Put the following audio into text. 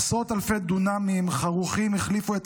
עשרות אלפי דונמים חרוכים החליפו את